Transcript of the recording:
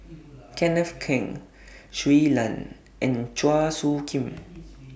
Kenneth Keng Shui Lan and Chua Soo Khim